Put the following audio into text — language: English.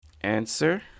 answer